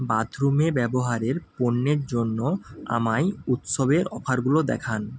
বাথরুমে ব্যবহারের পণ্যের জন্য আমায় উৎসবের অফারগুলো দেখান